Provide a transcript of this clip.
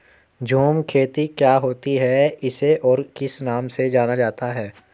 झूम खेती क्या होती है इसे और किस नाम से जाना जाता है?